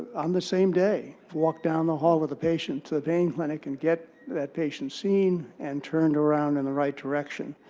on the same day, walk down the hall with a patient to the pain clinic and get that patient seen and turned around in the right direction.